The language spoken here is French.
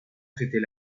traiter